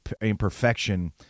imperfection